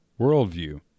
worldview